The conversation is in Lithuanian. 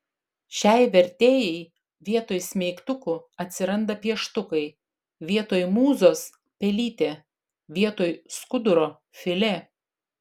šiai vertėjai vietoj smeigtukų atsiranda pieštukai vietoj mūzos pelytė vietoj skuduro filė